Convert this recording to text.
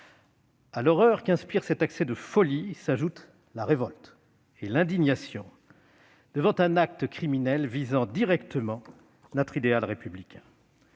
À l'horreur qu'inspire cet accès de folie s'ajoutent la révolte et l'indignation devant un acte criminel visant directement notre idéal républicain.